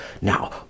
Now